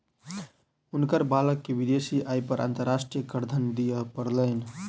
हुनकर बालक के विदेशी आय पर अंतर्राष्ट्रीय करधन दिअ पड़लैन